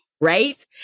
right